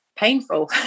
painful